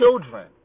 children